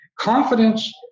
Confidence